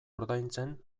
ordaintzen